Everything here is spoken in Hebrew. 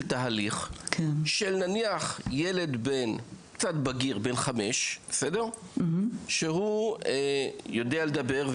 תהליך של נניח ילד בן חמש שהוא יודע לדבר,